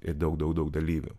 ir daug daug daug dalyvių